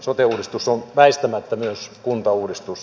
sote uudistus on väistämättä myös kuntauudistus